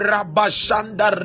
Rabashanda